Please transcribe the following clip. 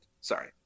Sorry